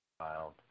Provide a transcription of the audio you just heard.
child